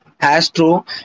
astro